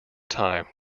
time